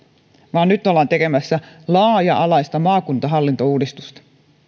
vaan nyt ollaan tekemässä laaja alaista maakuntahallintouudistusta